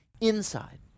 inside